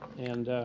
and